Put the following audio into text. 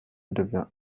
devint